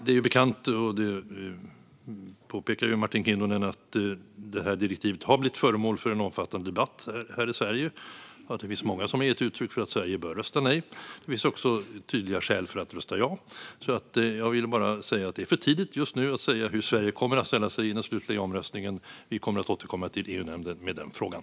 Det är ju bekant - det påpekade också Martin Kinnunen - att direktivet har blivit föremål för en omfattande debatt här i Sverige. Det finns många som har gett uttryck för att Sverige bör rösta nej. Det finns också tydliga skäl för att rösta ja. Jag vill bara säga att det just nu är för tidigt att säga hur Sverige kommer att ställa sig i den slutliga omröstningen. Vi kommer att återkomma till EU-nämnden med den frågan.